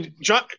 John